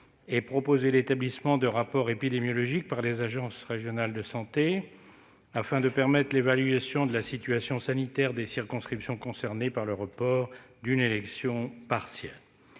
ait proposé l'établissement de rapports épidémiologiques par les agences régionales de santé afin de permettre une évaluation de la situation sanitaire des circonscriptions concernées par le report d'une élection partielle.